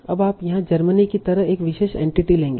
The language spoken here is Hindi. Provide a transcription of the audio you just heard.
अब आप यहाँ जर्मनी की तरह एक विशेष एंटिटी लेंगे